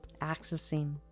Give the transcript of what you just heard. accessing